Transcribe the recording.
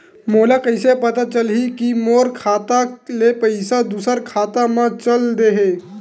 मोला कइसे पता चलही कि मोर खाता ले पईसा दूसरा खाता मा चल देहे?